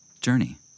Journey